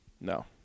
No